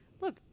Look